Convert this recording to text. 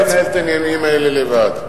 אני יודע לנהל את העניינים האלה לבד.